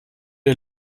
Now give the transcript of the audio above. ihr